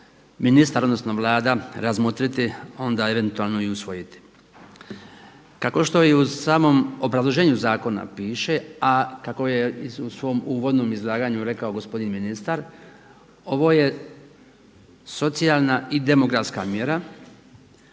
ministar, odnosno Vlada razmotriti, onda eventualno i usvojiti. Kako što i u samom obrazloženju zakona piše, a kako je u svom uvodnom izlaganju rekao gospodin ministar ovo je socijalna i demografska mjera